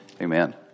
amen